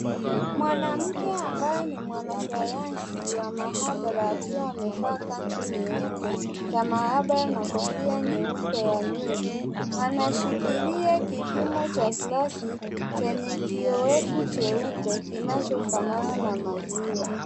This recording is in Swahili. Mwanamke ambaye ni mwanasayansi wa maabara akiwa amevaa kanzu nyeupe ya maabara, na kofia nyeupe ya nywele anashikilia kipimo cha gilasi, chenye kiowevu cheupe kinachofanana na maziwa.